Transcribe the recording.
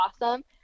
awesome